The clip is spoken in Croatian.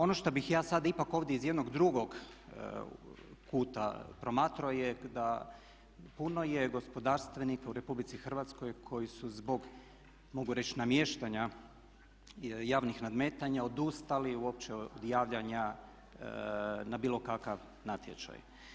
Ono što bih ja sad ipak ovdje iz jednog drugog kuta promatrao je da puno je gospodarstvenika u RH koji su zbog mogu reći namještanja javnih nadmetanja odustali uopće od javljanja na bilo kakav natječaj.